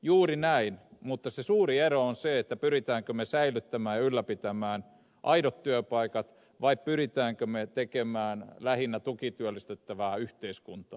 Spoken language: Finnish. juuri näin mutta se suuri ero on siinä pyrimmekö me säilyttämään ja ylläpitämään aidot työpaikat vai pyrimmekö me tekemään lähinnä tukityöllistettävää yhteiskuntaa